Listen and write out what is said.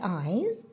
eyes